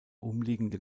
umliegende